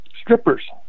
strippers